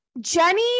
Jenny